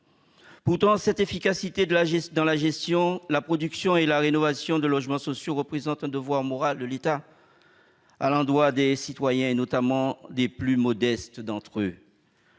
de l'efficacité de la gestion, de la production et de la rénovation de logements sociaux représente un devoir moral de l'État à l'égard des citoyens, notamment des plus modestes d'entre eux,